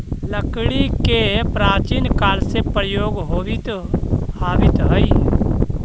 लकड़ी के प्राचीन काल से प्रयोग होवित आवित हइ